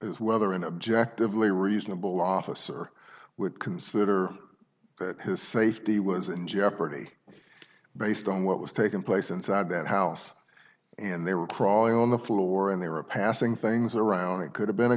whether an objective lay reasonable officer would consider that his safety was in jeopardy based on what was taking place inside that house and they were crawling on the floor and they were passing things around it could have been a